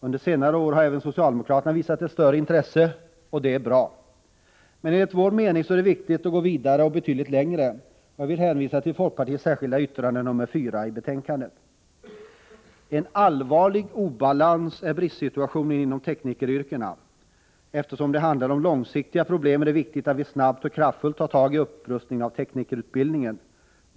Under senare år har även socialdemokraterna visat ett större intresse, och det är bra. Men enligt vår mening är det viktigt att gå vidare och betydligt längre. Jag vill hänvisa till folkpartiets särskilda yttrande nr 4 i betänkandet. En allvarlig obalans är bristsituationen inom teknikeryrkena. Eftersom det handlar om långsiktiga problem, är det viktigt att vi snabbt och kraftfullt tar tag i en upprustning av teknikerutbildningen.